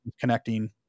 connecting